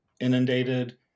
inundated